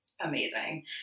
Amazing